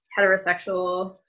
heterosexual